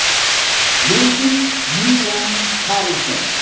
lindsay yelang patterson.